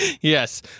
Yes